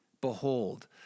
Behold